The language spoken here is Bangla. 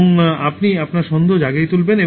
এবং এটি আপনার সন্দেহ জাগিয়ে তুলবে